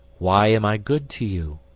why am i good to you?